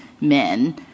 men